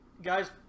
guy's